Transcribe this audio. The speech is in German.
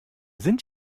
sind